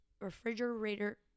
refrigerator